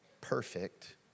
perfect